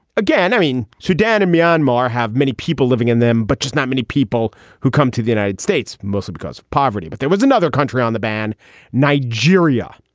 again, i mean, sudan and myanmar have many people living in them, but not many people who come to the united states, most because of poverty. but there was another country on the ban nigeria,